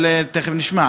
תכף נשמע.